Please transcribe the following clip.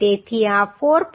તેથી આ 4